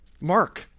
Mark